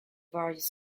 various